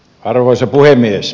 arvoisa puhemies